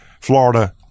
Florida